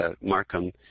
Markham